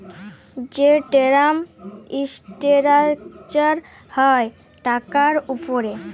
যে টেরাম ইসটেরাকচার হ্যয় টাকার উপরে